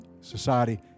society